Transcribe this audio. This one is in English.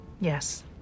Yes